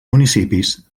municipis